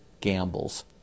gambles